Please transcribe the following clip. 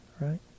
right